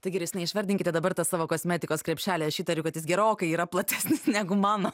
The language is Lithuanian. tai gerai justinai išvardinkite dabar tą savo kosmetikos krepšelį aš įtariu kad jis gerokai yra platesnis negu mano